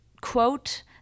quote